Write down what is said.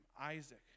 Isaac